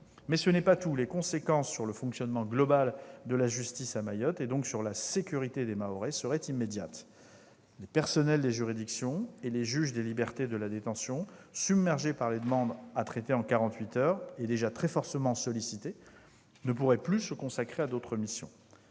Ce n'est pas tout. Les conséquences sur le fonctionnement global de la justice à Mayotte, et donc sur la sécurité des Mahorais, seraient immédiates. Les personnels des juridictions et les juges des libertés et de la détention, les JLD, submergés par les demandes à traiter en quarante-huit heures, et déjà très fortement sollicités, ne pourraient plus se consacrer à d'autres missions.